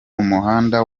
umuhanda